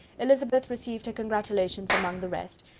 elizabeth received her congratulations amongst the rest,